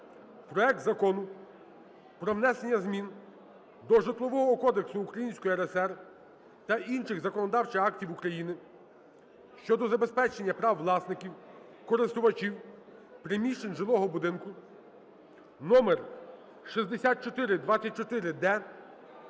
проект Закону про внесення змін до Житлового кодексу Української РСР та інших законодавчих актів України щодо забезпечення прав власників (користувачів) приміщень жилого будинку (№6424-д)